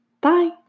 Bye